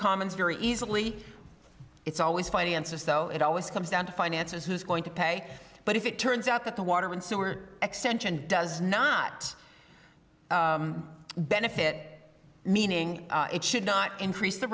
commons very easily it's always finances though it always comes down to finances who's going to pay but if it turns out that the water and sewer extension does not benefit meaning it should not increase the